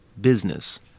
business